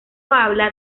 habla